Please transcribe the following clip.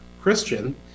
Christian